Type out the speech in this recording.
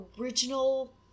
original